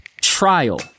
trial